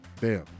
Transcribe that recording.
Bam